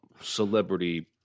celebrity